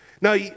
Now